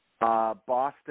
Boston